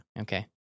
Okay